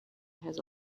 has